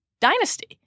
dynasty